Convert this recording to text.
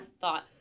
thought